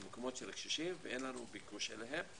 מקומות לקשישים, ואין לנו ביקוש אליהם.